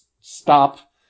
Stop